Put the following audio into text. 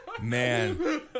Man